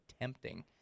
tempting